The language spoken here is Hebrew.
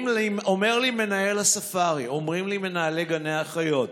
אומר לי מנהל הספארי, אומרים לי מנהלי גני החיות: